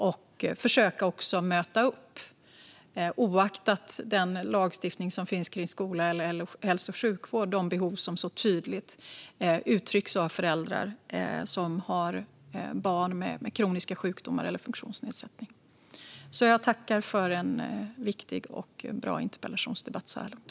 Vi får försöka att möta upp, oaktat den lagstiftning som finns för skola eller hälso och sjukvård, de behov som så tydligt uttrycks av föräldrar som har barn med kroniska sjukdomar eller funktionsnedsättning. Jag tackar för en viktig och bra interpellationsdebatt så här långt.